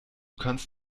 kannst